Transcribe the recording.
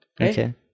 Okay